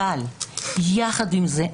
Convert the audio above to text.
אבל יחד עם זה,